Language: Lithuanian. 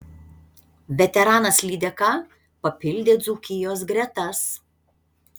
veteranas lydeka papildė dzūkijos gretas